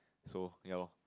so ya lor